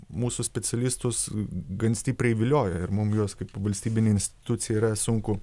mūsų specialistus gan stipriai vilioja ir mum juos kaip valstybinė institucija yra sunku